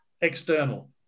external